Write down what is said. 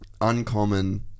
uncommon